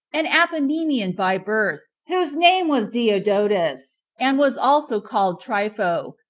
an apanemian by birth, whose name was diodotus, and was also called trypho,